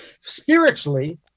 Spiritually